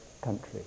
country